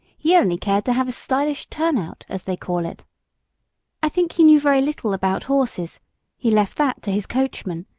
he only cared to have a stylish turnout, as they call it i think he knew very little about horses he left that to his coachman,